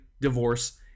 divorce